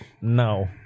No